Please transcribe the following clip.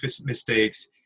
mistakes